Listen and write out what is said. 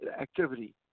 activity